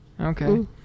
Okay